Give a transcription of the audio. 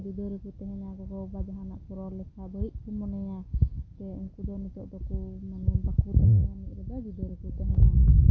ᱵᱚᱨᱚᱝ ᱡᱩᱫᱟᱹ ᱨᱮᱠᱚ ᱛᱟᱦᱮᱱᱟ ᱜᱚᱜᱚᱼᱵᱟᱵᱟᱵ ᱡᱟᱦᱟᱱᱟᱜᱠᱚ ᱨᱚᱲᱞᱮᱠᱷᱟᱡ ᱵᱟᱹᱲᱤᱡᱠᱚ ᱢᱚᱱᱮᱭᱟ ᱥᱮ ᱩᱝᱠᱚᱫᱚ ᱱᱤᱛᱚᱜᱫᱚ ᱠᱚ ᱵᱟᱠᱚ ᱡᱩᱫᱟᱹᱨᱮᱠᱚ ᱛᱮᱦᱮᱱᱟ